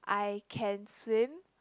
I can swim